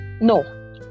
no